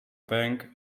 bank